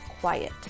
quiet